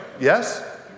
Yes